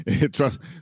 Trust